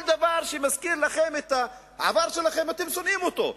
כל דבר שמזכיר לכם את העבר שלכם, אתם שונאים אותו.